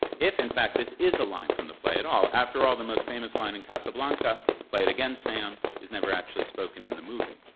if in fact this is a line from the play at all, after all the most famous line in casablanca, play it again, sam, is never actually spoken in the movie.